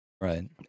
Right